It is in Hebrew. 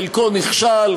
חלקו נכשל,